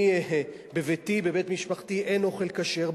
בביתי, בבית משפחתי, אין אוכל כשר.